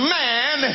man